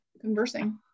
conversing